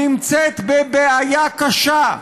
נמצאת בבעיה קשה.